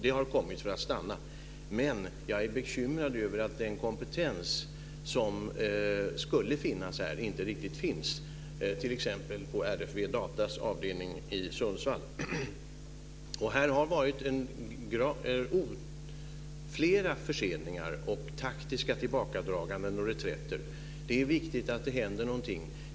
Det har kommit för att stanna. Men jag är bekymrad över att den kompetens som skulle finnas här inte riktigt finns, t.ex. på RFV Datas avdelning i Sundsvall. Här har varit flera förseningar, taktiska tillbakadraganden och reträtter. Det är viktigt att det händer någonting.